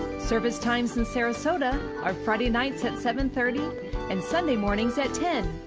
service times in sarasota are friday nights at seven thirty and sunday morning so at ten